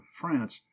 france